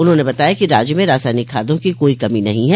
उन्होंने बताया कि राज्य में रासायनिक खादों की कोई कमी नहीं है